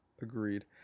agreed